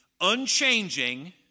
unchanging